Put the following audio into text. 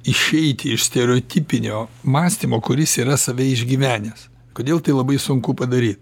išeiti iš stereotipinio mąstymo kuris yra save išgyvenęs kodėl tai labai sunku padaryt